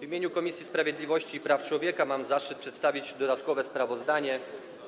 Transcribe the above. W imieniu Komisji Sprawiedliwości i Praw Człowieka mam zaszczyt przedstawić dodatkowe sprawozdanie